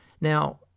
Now